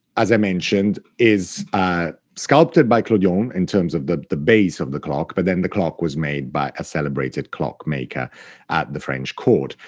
as i mentioned, is sculpted by clodion, in terms of the the base of the clock, but then the clock was made by a celebrated clockmaker at the french court.